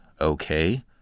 okay